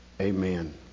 amen